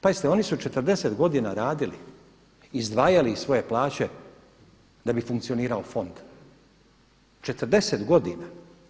Pazite oni su 40 godina radili, izdvajali iz svoje plaće da bi funkcionirao fond, 40 godina.